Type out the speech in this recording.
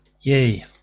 Yay